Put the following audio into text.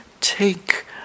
take